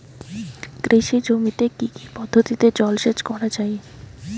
কৃষি জমিতে কি কি পদ্ধতিতে জলসেচ করা য়ায়?